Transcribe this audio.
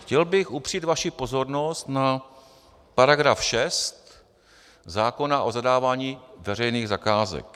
Chtěl bych upřít vaši pozornost na § 6 zákona o zadávání veřejných zakázek.